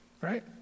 right